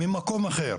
ממקום אחר,